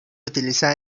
utilizada